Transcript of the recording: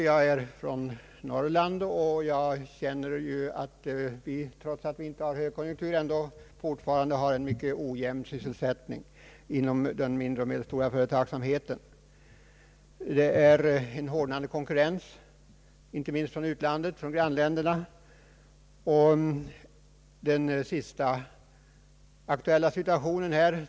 Jag är från Norrland, och trots att vi har högkonjunktur i landet för övrigt har vi fortfarande en mycket ojämn sysselsättning inom den mindre och medelstora företagsamheten. Vi har en hårdnande konkurrens, inte minst från grannländerna.